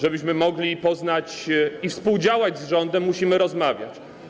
Żebyśmy mogli poznać sytuację i współdziałać z rządem, musimy rozmawiać.